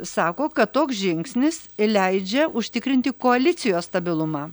sako kad toks žingsnis leidžia užtikrinti koalicijos stabilumą